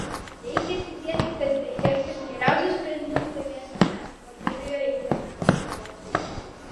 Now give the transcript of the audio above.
reikia tikėtis kad beieškant geriausių sprendimų laimėsime mes mobiliojo interneto naudotojai